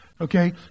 Okay